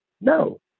No